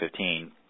2015